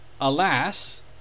alas